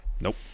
Nope